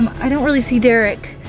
i don't really see derek,